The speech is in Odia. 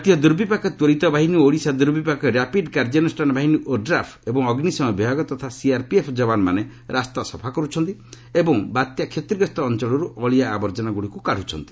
ଜାତୀୟ ଦୂର୍ବିପାକ ତ୍ୱରିତ ବାହିନୀ ଓ ଓଡ଼ିଶା ଦୂର୍ବିପାକ ର୍ୟାପିଡ କାର୍ଯ୍ୟାନ୍ରଷାନ ବାହିନୀ ଓଡ୍ରାଫ ଏବଂ ଅଗ୍ରିଶମ ବିଭାଗ ତଥା ସିଆର୍ପିଏଫ୍ ଜବାନ ମାନେ ରାସ୍ତା ସଫା କର୍ରଛନ୍ତି ଏବଂ ବାତ୍ୟା କ୍ଷତିଗ୍ରସ୍ତ ଅଞ୍ଚଳରୁ ଅଳିଆ ଆବର୍ଜନା ଗୁଡ଼ିକ କାତ୍ରୁଛନ୍ତି